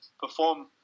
perform